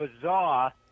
bizarre